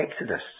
Exodus